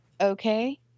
okay